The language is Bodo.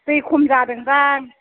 दै खम जादों दां